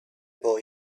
boy